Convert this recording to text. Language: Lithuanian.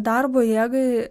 darbo jėgai